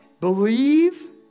Believe